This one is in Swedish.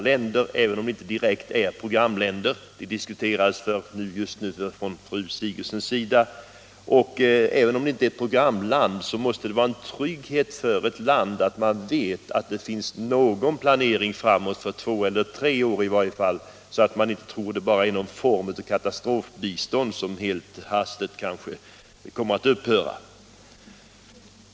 Även om landet inte är programland så måste det vara en trygghet att veta att det finns någon planering exempelvis för två eller tre år framåt. I annat fall kan man ju i mottagarlandet tro att det är någon form av katastrofbistånd som helt hastigt kan komma att upphöra.